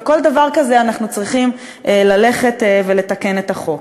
ועל כל דבר כזה אנחנו צריכים ללכת ולתקן את החוק.